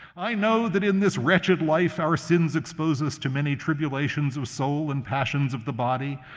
i know that in this wretched life our sins expose us to many tribulations of soul and passions of the body.